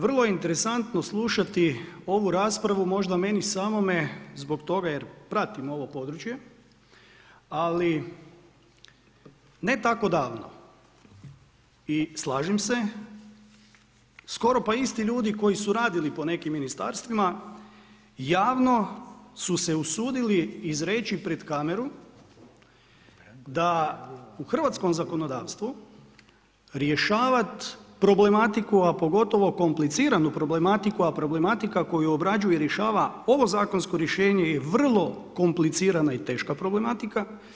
Vrlo je interesantno slušati ovu raspravu, možda meni samome, zbog toga jer pratim ovo područje, ali ne tako davno, i slažem se, skoro pa isti ljudi koji su radili po nekim ministarstvima, javno su se usudili izreći pred kameru, da u hrvatskom zakonodavstvu, rješavati problematiku a pogotovo kompliciranu problematiku, a problematika koje obrađuje i rješava ovo zakonsko rješenje je vrlo komplicirana i teška problematika.